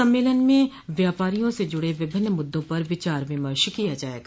सम्मेलन में व्यापारियों से जुड़े विभिन्न मुद्दों पर विचार विमर्श किया जायेगा